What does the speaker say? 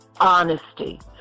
honesty